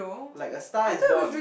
like a Star Is Born